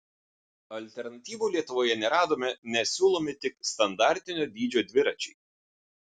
alternatyvų lietuvoje neradome nes siūlomi tik standartinio dydžio dviračiai